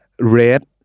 red